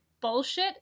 bullshit